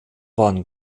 waren